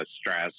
stress